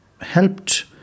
helped